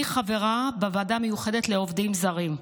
אני חברה בוועדה המיוחדת לעובדים זרים.